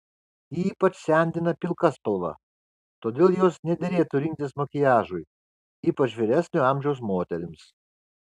ypač sendina pilka spalva todėl jos nederėtų rinktis makiažui ypač vyresnio amžiaus moterims